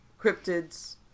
cryptids